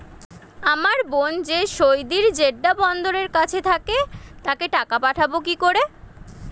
আমার বোন যে সৌদির জেড্ডা বন্দরের কাছে থাকে তাকে টাকা পাঠাবো কি করে?